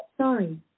Sorry